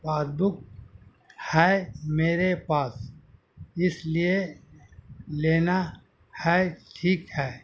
passbook ہے میرے پاس اس لیے لینا ہے ٹھیک ہے